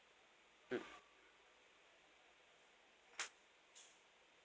mm